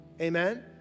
Amen